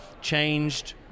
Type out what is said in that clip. changed